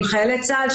עם חיילי צה"ל,